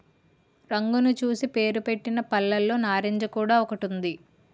రంగును చూసి పేరుపెట్టిన పళ్ళులో నారింజ కూడా ఒకటి ఉంది